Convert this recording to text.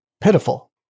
pitiful